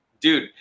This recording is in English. Dude